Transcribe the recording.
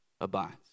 abides